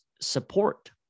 support